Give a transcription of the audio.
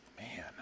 man